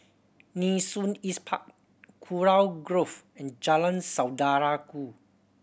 Nee Soon East Park Kurau Grove and Jalan Saudara Ku